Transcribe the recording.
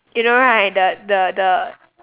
you know right the the the